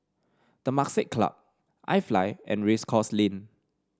Temasek Club iFly and Race Course Lane